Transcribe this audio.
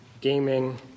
gaming